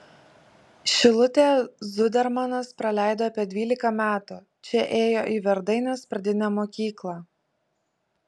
šilutėje zudermanas praleido apie dvylika metų čia ėjo į verdainės pradinę mokyklą